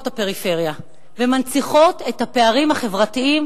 את הפריפריה ומנציחות את הפערים החברתיים,